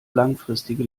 langfristige